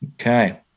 Okay